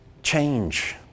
Change